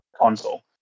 Console